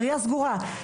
העירייה סגורה,